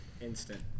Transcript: Instant